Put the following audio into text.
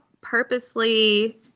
purposely